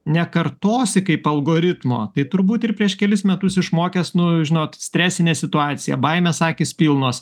nekartosi kaip algoritmo tai turbūt ir prieš kelis metus išmokęs nu žinot stresinė situacija baimės akys pilnos